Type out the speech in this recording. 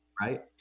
right